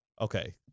Okay